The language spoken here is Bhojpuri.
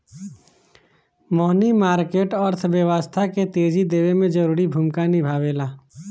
मनी मार्केट अर्थव्यवस्था के तेजी देवे में जरूरी भूमिका निभावेला